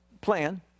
plan